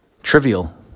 Trivial